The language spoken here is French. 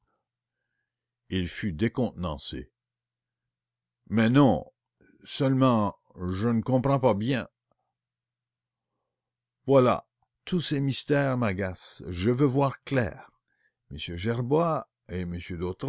il fut un peu déconcerté mais non seulement je ne comprends pas bien voilà tous ces mystères m'agacent je veux voir clair